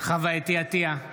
חוה אתי עטייה,